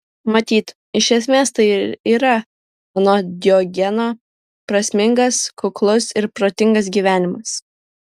matyt iš esmės tai ir yra anot diogeno prasmingas kuklus ir protingas gyvenimas